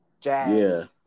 Jazz